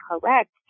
correct